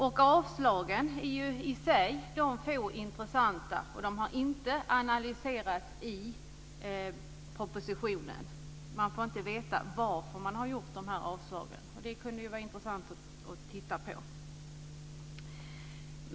De få avslagen är i sig intressanta men de har inte analyserats i propositionen. Man får inte veta vad avslagen beror på, vilket det kunde vara intressant att titta på.